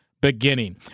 beginning